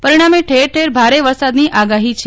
પરિણામે ઠેરઠેર ભારે વરસાદની આગાહી છે